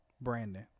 Brandon